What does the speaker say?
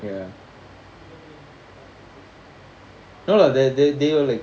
ya no lah they they they all like